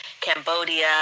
Cambodia